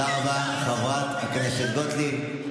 זה מה שאמרתי לשטרן, אבל איזנקוט ביקש שמית.